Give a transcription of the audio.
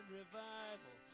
revival